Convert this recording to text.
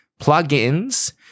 plugins